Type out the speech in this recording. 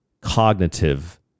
cognitive